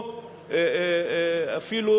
או אפילו